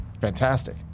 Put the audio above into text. fantastic